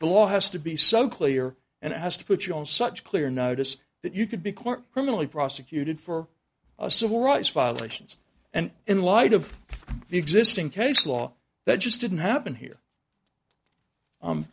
the law has to be so clear and it has to put you on such clear notice that you could be court criminally prosecuted for a civil rights violations and in light of the existing case law that just didn't happen here